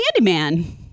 Candyman